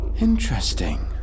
Interesting